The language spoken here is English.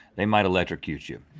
they might electrocute you.